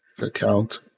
account